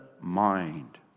mind